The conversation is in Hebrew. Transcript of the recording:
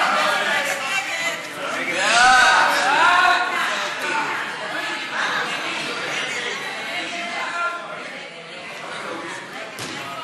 ההצעה להעביר את הצעת חוק מס ערך מוסף (תיקון מס' 56),